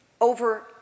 over